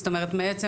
זאת אומרת מעצם